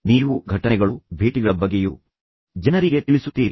ನೀವು ಘಟನೆಗಳು ಭೇಟಿಗಳ ಬಗ್ಗೆಯೂ ಜನರಿಗೆ ತಿಳಿಸುತ್ತೀರಿ